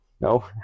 no